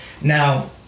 Now